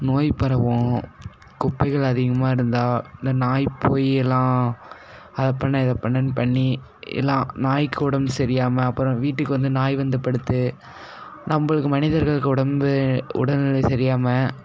நோய் பரவும் குப்பைகள் அதிகமாக இருந்தால் இந்த நாய் போயெல்லாம் அதை பண்ண இதை பண்ணணுன்னு பண்ணி எல்லாம் நாய்க்கு உடம்பு சரியாம அப்புறம் வீட்டுக்கு வந்து நாய் வந்துப் படுத்து நம்மளுக்கு மனிதர்களுக்கு உடம்பு உடல்நிலை சரியாமல்